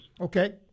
Okay